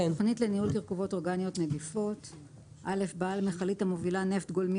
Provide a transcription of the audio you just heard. "תכנית לניהול תרכובות אורגניות נדיפות בעל מכלית המובילה נפט גולמי